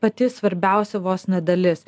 pati svarbiausia vos ne dalis